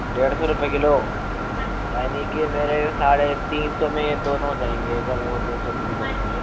डेढ़ सौ रूपये किलो यानी के मेरे साढ़े तीन सौ में यह दोनों हो जाएंगे अगर वह मैं दो सौ में लेता हूँ ना